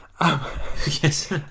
Yes